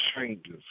changes